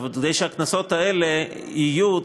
כדי שהקנסות האלה יהיו,